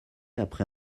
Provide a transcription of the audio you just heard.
après